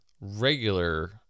regular